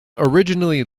originally